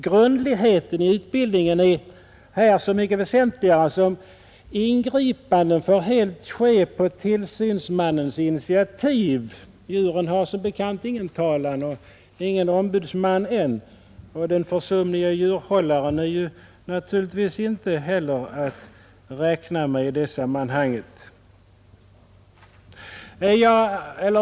Grundligheten i utbildningen är så mycket väsentligare som ingripanden helt får ske på tillsynsmannens initiativ. Djuren har som bekant ingen talan och ingen ombudsman än, och den försumlige djurhållaren är naturligtvis inte heller att räkna med i sammanhanget.